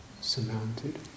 surmounted